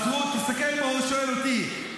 הוא שואל אותי.